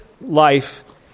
life